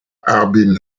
harbin